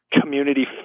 community